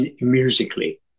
musically